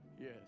Yes